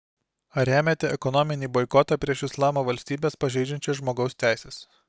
ar remiate ekonominį boikotą prieš islamo valstybes pažeidžiančias žmogaus teises